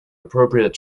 appropriate